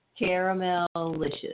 Caramelicious